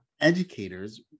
educators